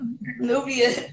Nubia